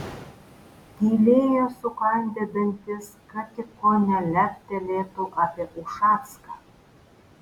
tylėjo sukandę dantis kad tik ko neleptelėtų apie ušacką